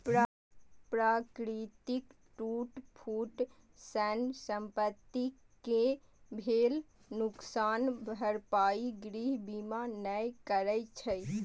प्राकृतिक टूट फूट सं संपत्ति कें भेल नुकसानक भरपाई गृह बीमा नै करै छै